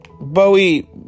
Bowie